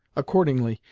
accordingly,